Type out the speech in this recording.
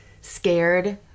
scared